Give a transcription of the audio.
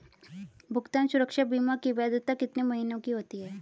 भुगतान सुरक्षा बीमा की वैधता कितने महीनों की होती है?